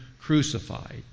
crucified